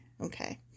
Okay